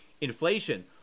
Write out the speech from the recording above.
inflation